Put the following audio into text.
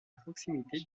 proximité